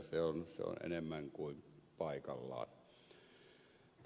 se on enemmän kuin paikallaan